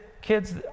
kids